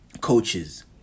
coaches